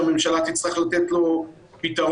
שהממשלה תצטרך לתת לה פתרון,